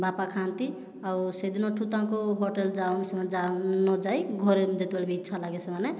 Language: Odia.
ବାପା ଖାଆନ୍ତି ଆଉ ସେହିଦିନଠୁ ତାଙ୍କୁ ହୋଟେଲ ଯାଉନାହିଁ ସେମାନେ ନଯାଇ ଘରେ ଯେତେବେଳେ ବି ଇଚ୍ଛା ଲାଗେ ସେମାନେ